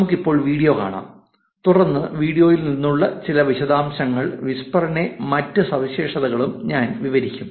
നമുക്ക് ഇപ്പോൾ വീഡിയോ കാണാം തുടർന്ന് വീഡിയോയിൽ നിന്നുള്ള ചില വിശദാംശങ്ങളും വിസ്പറിന്റെ മറ്റ് സവിശേഷതകളും ഞാൻ വിവരിക്കും